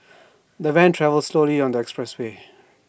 the van travelled slowly on the expressway